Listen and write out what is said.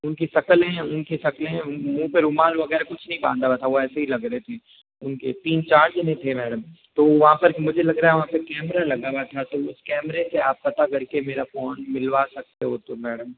उनकी शक्लें उनकी शक्लें मुंह पे रुमाल वगैरह कुछ नहीं बांधा हुआ था वो ऐसे ही लग रहे थे उनके तीन चार जने थे मैडम तो वहां पर मुझे लग रहा है वहां पे कैमरा लगा हुआ था तो उस कैमरे के आप पता करके मेरा फ़ोन मिलवा सकते हो तो मैडम